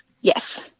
Yes